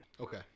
Okay